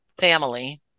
family